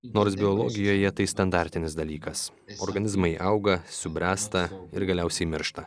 nors biologijoje tai standartinis dalykas organizmai auga subręsta ir galiausiai miršta